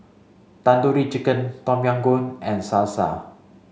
Tandoori Chicken Tom Yam Goong and Salsa